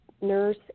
nurse